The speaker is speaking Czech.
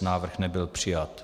Návrh nebyl přijat.